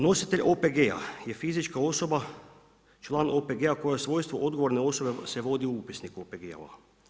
Nositelj OPG-a je fizička osoba, član OPG-a koja svojstvo odgovore osobe se vodi u upisnik OPG-ova.